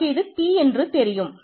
நமக்கு இது p என்று தெரியும்